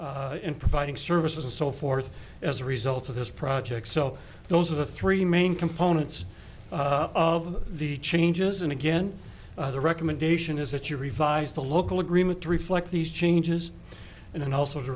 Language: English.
impact in providing services and so forth as a result of this project so those are the three main components of the changes and again the recommendation is that you revise the local agreement to reflect these changes and also to